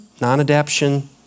non-adaption